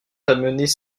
amenés